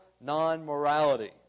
non-morality